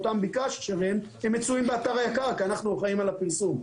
הם מצויים באתר היק"ר כי אנחנו אחראים על הפרסום.